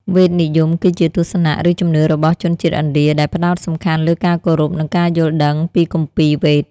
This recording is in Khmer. វេទនិយម គឺជាទស្សនៈ ឬជំនឿរបស់ជនជាតិឥណ្ឌា ដែលផ្ដោតសំខាន់លើការគោរព និងការយល់ដឹងពីគម្ពីរ វេទ។